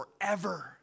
forever